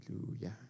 Hallelujah